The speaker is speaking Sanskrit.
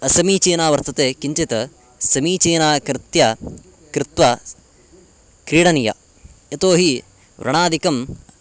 असमीचीनं वर्तते किञ्चित् समीचीनं कृत्य कृत्वा क्रीडनीयं यतो हि व्रणादिकं